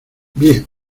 bien